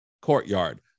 courtyard